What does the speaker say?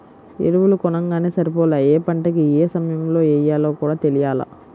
ఎరువులు కొనంగానే సరిపోలా, యే పంటకి యే సమయంలో యెయ్యాలో కూడా తెలియాల